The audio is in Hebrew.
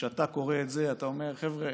כשאתה קורא את זה אתה אומר: חבר'ה,